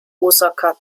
osaka